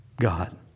God